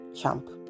champ